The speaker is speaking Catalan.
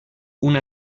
una